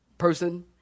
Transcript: person